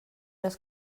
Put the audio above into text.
les